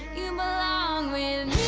you belong with